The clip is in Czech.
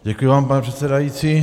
Děkuji vám, pane předsedající.